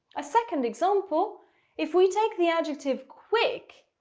a second example if we take the adjective quick,